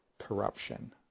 corruption